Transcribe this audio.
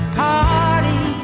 party